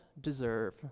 deserve